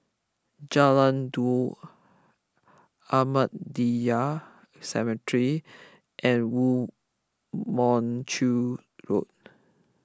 Jalan Daud Ahmadiyya Cemetery and Woo Mon Chew Road